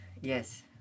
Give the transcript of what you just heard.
yes